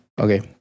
Okay